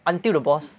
until the boss